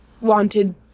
wanted